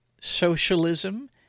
Socialism